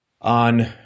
on